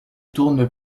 tourne